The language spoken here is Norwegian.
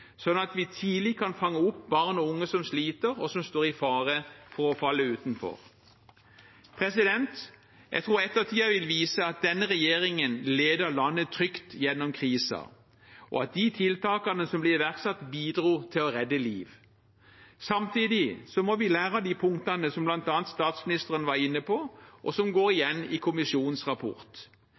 sånn at vi tidlig kan fange opp barn og unge som sliter, og som står i fare for å falle utenfor. Jeg tror ettertiden vil vise at denne regjeringen ledet landet trygt gjennom krisen, og at de tiltakene som ble iverksatt, bidro til å redde liv. Samtidig må vi lære av de punktene som bl.a. statsministeren var inne på, og som går igjen i kommisjonens rapport.